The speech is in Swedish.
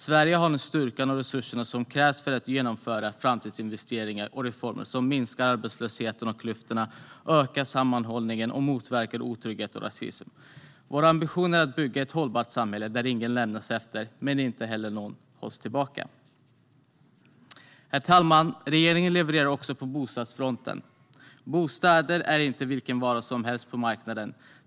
Sverige har nu styrkan och resurserna som krävs för att genomföra framtidsinvesteringar och reformer som minskar arbetslösheten och klyftorna, ökar sammanhållningen och motverkar otrygghet och rasism. Vår ambition är att bygga ett hållbart samhälle där ingen lämnas efter och ingen heller hålls tillbaka. Herr talman! Regeringen levererar också på bostadsfronten. Bostäder är inte vilken vara som helst på marknaden.